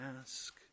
ask